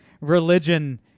religion